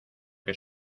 que